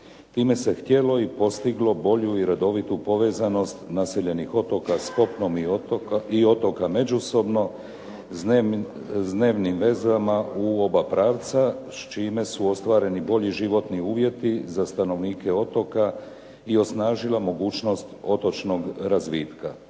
Time se htjelo i postiglo bolju i redovitu povezanost naseljenih otoka s kopnom i otoka međusobno s dnevnim vezama u oba pravca s čime su ostvareni bolji životni uvjeti za stanovnike otoka i osnažila mogućnost otočnog razvitka.